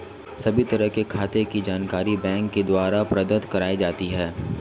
सभी तरह के खातों के जानकारी बैंक के द्वारा प्रदत्त कराई जाती है